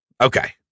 Okay